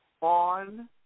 on